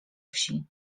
wsi